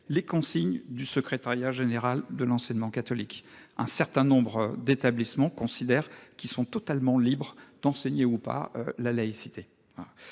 les consignes du secrétariat général de l'enseignement catholique. Un certain nombre d'établissements considèrent qu'ils sont totalement libres d'enseigner ou pas la laïcité.